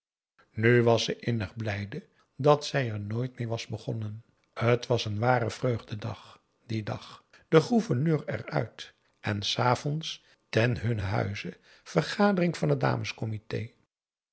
nu was ze innig blijde dat zij er nooit mee was begonnen t was een ware vreugdedag dien dag de gouverneur eruit en s avonds ten hunnen huize vergadering van het dames comité